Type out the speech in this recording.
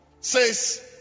says